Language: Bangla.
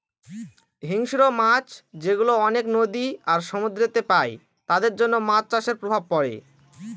হিংস্র মাছ যেগুলা অনেক নদী আর সমুদ্রেতে পাই তাদের জন্য মাছ চাষের প্রভাব পড়ে